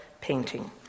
painting